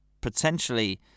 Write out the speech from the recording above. potentially